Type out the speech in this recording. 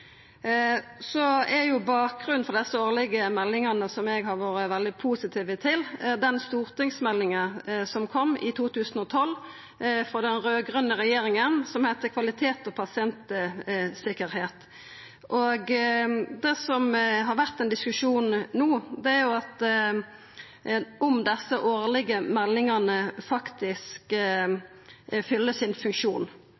Bakgrunnen for desse årlege meldingane, som eg har vore veldig positiv til, er den stortingsmeldinga som kom i 2012, frå den raud-grøne regjeringa, om kvalitet og pasientsikkerheit. Det som har vore ein diskusjon no, er om desse årlege meldingane faktisk